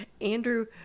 Andrew